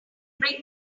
bring